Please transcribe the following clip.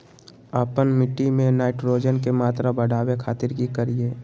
आपन मिट्टी में नाइट्रोजन के मात्रा बढ़ावे खातिर की करिय?